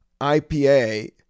IPA